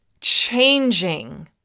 changing